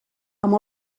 amb